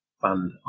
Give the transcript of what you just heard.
fund